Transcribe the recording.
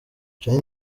charly